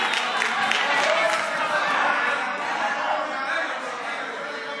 ההצעה להעביר את הצעת חוק המים (תיקון,